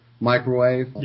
Microwave